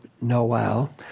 Noel